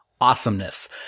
awesomeness